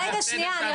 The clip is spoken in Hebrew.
רגע, שנייה.